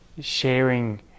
sharing